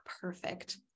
perfect